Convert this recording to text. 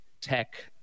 tech